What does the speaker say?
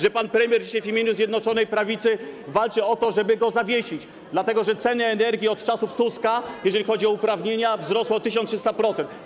że pan premier w imieniu Zjednoczonej Prawicy walczy o to, żeby go zawiesić, dlatego że ceny energii od czasów Tuska, jeżeli chodzi o uprawnienia, wzrosły o 1300%.